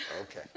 Okay